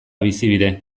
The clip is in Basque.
bizibide